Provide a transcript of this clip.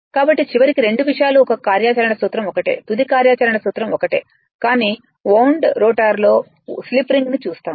కాబట్టి చివరికి రెండు విషయాల యొక్క కార్యాచరణ సూత్రం ఒకటే తుది కార్యాచరణ సూత్రం ఒక్కటే కానీ వవుండ్ రోటర్ లో స్లిప్ రింగ్స్ని చూస్తాము